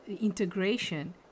integration